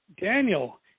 Daniel